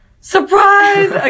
surprise